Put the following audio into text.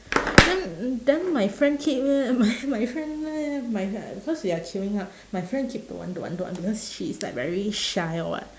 then then my friend keep~ my my friend my uh because we are queuing up my friend keep don't want don't want don't want don't want she is like very shy or what